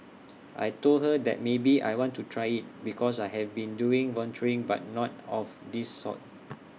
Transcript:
I Told her that maybe I want to try IT because I have been doing volunteering but not of this sort